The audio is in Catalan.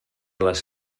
les